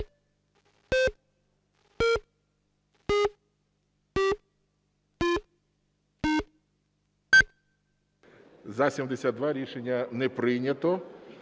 За-99 Рішення не прийнято.